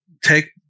take